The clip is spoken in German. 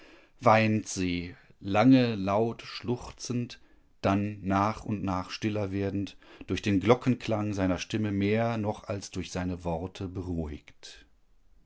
weint sie lange laut schluchzend dann nach und nach stiller werdend durch den glockenklang seiner stimme mehr noch als durch seine worte beruhigt